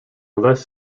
less